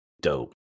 dope